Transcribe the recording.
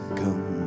come